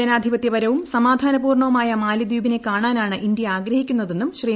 ജനാധിപത്യപരവും സമാധാനപൂർണ്ണവുമായ മാലിദ്വീപിനെ കാണാനാണ് ഇന്ത്യ ആഗ്രഹിക്കുന്നതെന്നും ശ്രീ